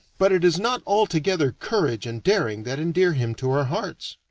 but it is not altogether courage and daring that endear him to our hearts.